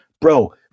Bro